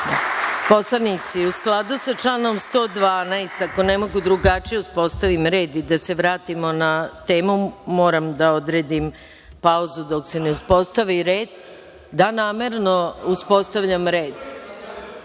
Poslanici, u skladu sa članom 112, ako ne mogu drugačije da uspostavim red i da se vratimo na temu, moram da odredim pauzu dok se ne uspostavi red.(Radoslav